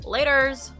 Laters